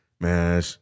man